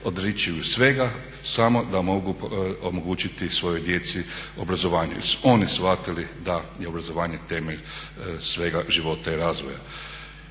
odriču svega samo da mogu omogućiti svojoj djeci obrazovanje. Jer su oni shvatili da je obrazovanje temelj svega života i razvoja.